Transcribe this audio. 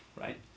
right